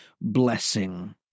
blessing